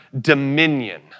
dominion